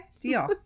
Deal